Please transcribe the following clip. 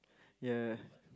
ya